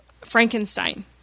frankenstein